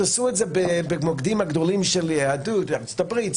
תעשו את זה במוקדים הגדולים של יהדות בארצות הברית,